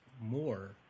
more